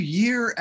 year